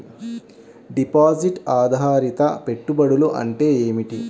Deposit ఆధారిత పెట్టుబడులు అంటే ఏమిటి?